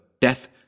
Death